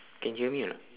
can hear me or not